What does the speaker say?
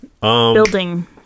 building